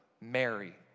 Mary